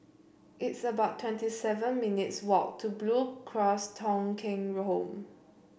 it's about twenty seven minutes' walk to Blue Cross Thong Kheng Home